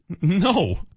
No